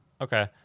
Okay